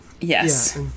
Yes